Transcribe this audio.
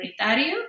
Comunitario